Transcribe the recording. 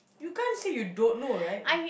you can't say you don't know right